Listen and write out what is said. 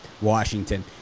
Washington